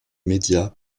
médias